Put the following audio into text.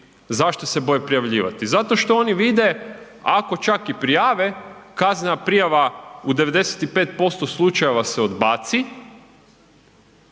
Zašto se boje prijavljivati? Zato što oni vide ako čak i prijave, kaznena prijava u 95% slučajeva se odbaci